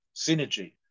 synergy